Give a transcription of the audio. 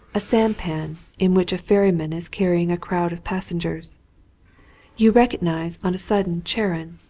a sampan in which a ferryman is carrying a crowd of passengers you recognise on a sudden charon,